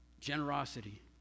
generosity